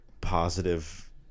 positive